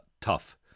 tough